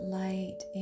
light